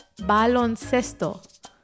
baloncesto